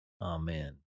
Amen